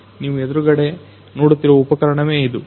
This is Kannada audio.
ನೀವು ಎದುರುಗಡೆ ನೋಡುತ್ತಿರುವ ಉಪಕರಣವೇ ಅದು